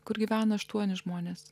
kur gyvena aštuoni žmonės